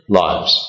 lives